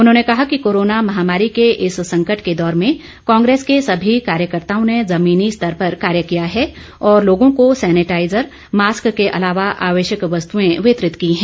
उन्होंने कहा कि कोरोना महामारी के इस संकट के दौर में कांग्रेस के सभी कार्यकर्ताओं ने ज़मीनी स्तर पर कार्य किया है और लोगों को सेनिटाइजर मास्क के अलावा आवश्यक वस्तुएं वितरित की हैं